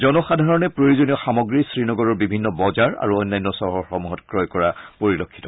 জনসাধাৰণে প্ৰয়োজনীয় সামগ্ৰী শ্ৰীনগৰৰ বিভিন্ন বজাৰ আৰু অন্যান্য চহৰসমূহত ক্ৰয় কৰা পৰিলক্ষিত হৈছে